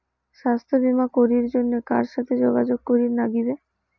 স্বাস্থ্য বিমা করির জন্যে কার সাথে যোগাযোগ করির নাগিবে?